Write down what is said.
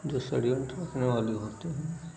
जो षड्यंत्र रोकने वाले होते हैं